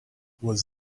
was